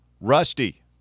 rusty